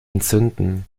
entzünden